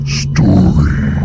story